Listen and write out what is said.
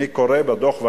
אני קורא בדוח,